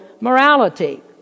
morality